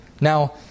Now